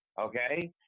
Okay